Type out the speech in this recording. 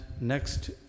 next